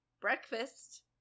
breakfast